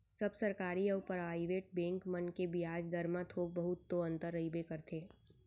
सब सरकारी अउ private bank मन के बियाज दर म थोक बहुत तो अंतर रहिबे करथे